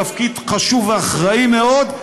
תפקיד חשוב ואחראי מאוד,